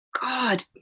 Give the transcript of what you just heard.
God